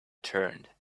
turned